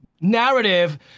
narrative